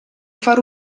far